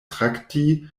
trakti